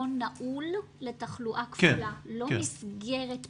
מעון נעול לתחלואה כפולה, לא מסגרת פתוחה,